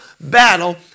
battle